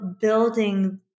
building